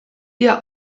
ihr